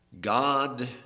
God